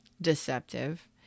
deceptive